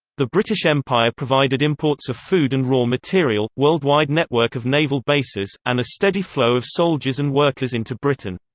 the british empire provided imports of food and raw material, worldwide network of naval bases, and a steady flow of soldiers and workers into britain.